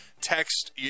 text